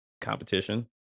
competition